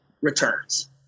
returns